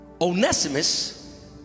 Onesimus